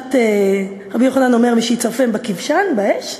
רבי יוחנן אומר: "משיצרפם בכבשן", באש,